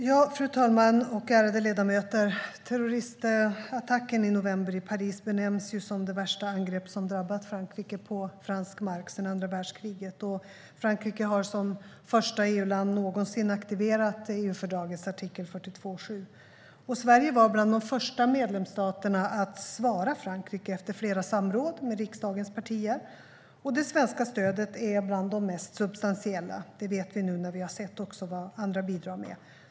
Fru talman! Ärade ledamöter! Terroristattacken i november i Paris benämns som det värsta angrepp som drabbat Frankrike på fransk mark sedan andra världskriget. Frankrike har som första EU-land någonsin aktiverat EU-fördragets artikel 42.7. Sverige var bland de första medlemsstaterna som svarade Frankrike, efter flera samråd med riksdagens partier. Det svenska stödet är bland de mest substantiella - det vet vi nu när vi har sett vad andra bidrar med.